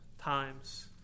times